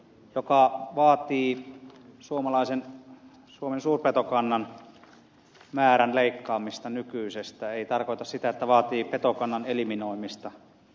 joka vaatii suomen suurpetokannan määrän leikkaamista nykyisestä ei tarkoita sitä että vaatii petokannan eliminoimista